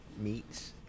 meats